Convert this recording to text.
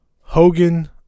Hogan